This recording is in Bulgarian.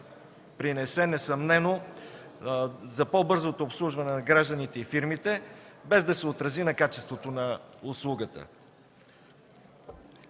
допринесе несъмнено за по-бързото обслужване на гражданите и фирмите, без да се отрази на качеството на услугата.